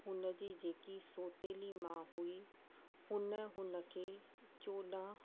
हुन जी जेकी सौतेली मां हुई हुन हुनखे चोॾहं